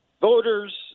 voters